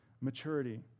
maturity